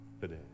today